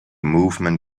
movement